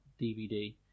DVD